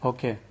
Okay